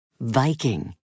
viking